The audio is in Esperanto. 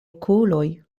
okuloj